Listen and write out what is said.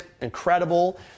Incredible